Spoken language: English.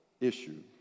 issue